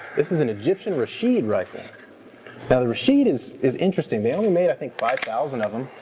this is an egyptian rasheed rifle. now the rasheed is is interesting. they only made i think five thousand of them.